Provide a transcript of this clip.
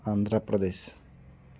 Andhra Pradesh